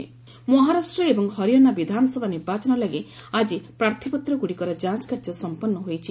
ଆସେମ୍କି polls Maharashtra ଏବଂ ହରିୟାଣା ବିଧାନସଭା ନିର୍ବାଚନ ଲାଗି ଆଜି ପ୍ରାର୍ଥୀପତ୍ରଗୁଡ଼ିକର ଯାଞ୍ଚ କାର୍ଯ୍ୟ ସମ୍ପନ୍ନ ହୋଇଛି